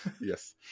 Yes